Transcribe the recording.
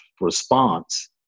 response